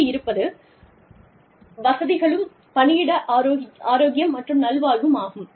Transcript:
அடுத்து இருப்பது வசதிகளும் பணியிட ஆரோக்கியம் மற்றும் நல்வாழ்வும் ஆகும்